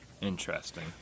Interesting